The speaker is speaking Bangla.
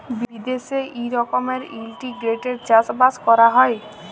বিদ্যাশে ই রকমের ইলটিগ্রেটেড চাষ বাস ক্যরা হ্যয়